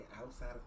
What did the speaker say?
outside